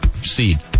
seed